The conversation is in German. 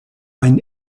ein